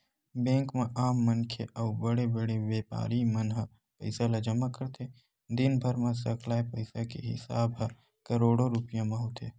bank म आम मनखे अउ बड़े बड़े बेपारी मन ह पइसा ल जमा करथे, दिनभर म सकलाय पइसा के हिसाब ह करोड़ो रूपिया म होथे